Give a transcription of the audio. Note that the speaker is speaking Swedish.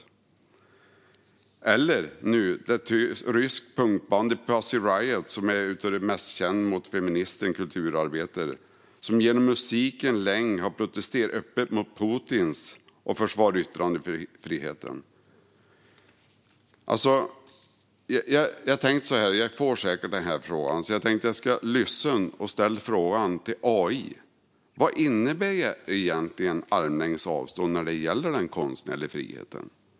Och nu ser vi det ryska punkbandet Pussy Riot, vars medlemmar är kända feminister och kulturarbetare, som genom musiken länge har protesterat öppet mot Putin och försvarat yttrandefriheten. Jag tänkte att jag säkert skulle få frågan, så jag ville lyssna på och ställa den till AI: Vad innebär egentligen armlängds avstånd när det gäller den konstnärliga friheten?